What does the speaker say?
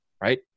Right